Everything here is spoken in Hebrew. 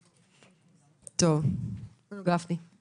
גפני, בבקשה.